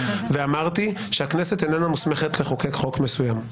ואמרתי שהכנסת איננה מוסמכת לחוקק חוק מסוים,